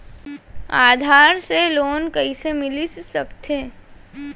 आधार से लोन कइसे मिलिस सकथे?